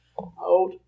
out